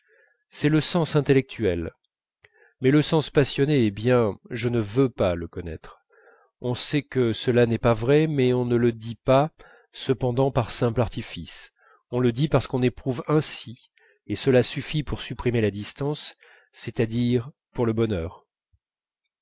c'est le sens intellectuel mais le sens passionné est bien je ne veux pas le connaître on sait que cela n'est pas vrai mais on ne le dit pas cependant par simple artifice on le dit parce qu'on éprouve ainsi et cela suffit pour supprimer la distance c'est-à-dire pour le bonheur